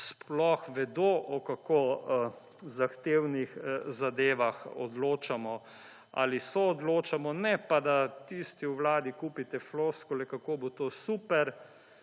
sploh vedo o kako zahtevnih zadevah odločamo ali soodločamo, ne pa da tisti v Vladi kupite floskule kako bo to super,